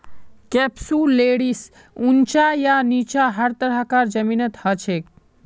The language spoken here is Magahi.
कैप्सुलैरिस ऊंचा या नीचा हर तरह कार जमीनत हछेक